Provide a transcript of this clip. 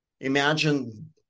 Imagine